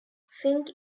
fink